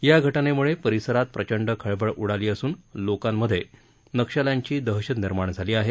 या घटनेमुळे परिसरात प्रचंड खळबळ उडाली असून लोकांमध्ये नक्षल्यांची दहशत निर्माण झाली आहे